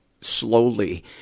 slowly